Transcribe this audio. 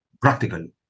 practically